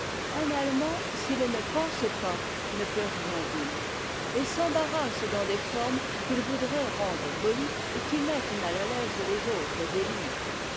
un allemand s'il ne pense pas ne peut rien dire et s'embarrasse dans des formes qu'il voudrait rendre polies et qui mettent mat à l'aise les autres et lui